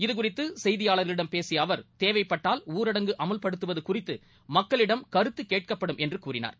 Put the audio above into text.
இதுகுறித்துசெய்தியாளர்களிடம் பேசியஅவர் தேவைப்பட்டால் ஊரடங்கு அமல்படுத்துவதுகுறித்துமக்களிடம் கருத்துகேட்கப்படும் என்றுகூறினார்